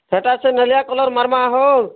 ସେଟା ସେ ନେଳିଆ କଲର୍ ମାର୍ମା ହୋ